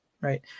right